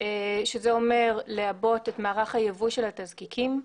שזה אומר לעבות את מערך היבוא של התזקיקים,